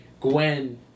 Gwen